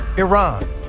Iran